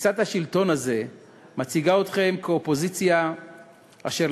תפיסת השלטון הזו מציגה אתכם כאופוזיציה אשר,